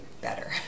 better